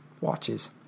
Watches